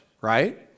Right